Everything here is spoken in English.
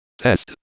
Test